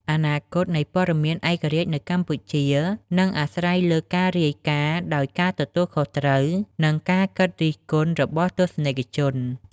អនាគតនៃព័ត៌មានឯករាជ្យនៅកម្ពុជានឹងអាស្រ័យលើការរាយការណ៍ដោយការទទួលខុសត្រូវ និងការគិតរិះគន់របស់ទស្សនិកជន។